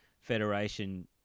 Federation